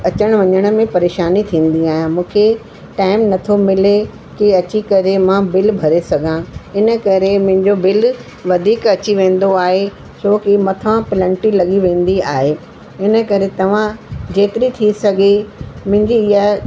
अचणु वञण में परेशानी थींदी आहियां मूंखे टाईम नथो मिले की अची करे मां बिल भरे सघां इन करे मुंहिंजो बिल वधीक अची वेंदो आहे छो की मथां पेनल्टी लॻी वेंदी आहे इन करे तव्हां जेतिरी थी सघे मुंहिंजी हीअ